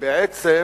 ובעצם